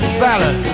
salad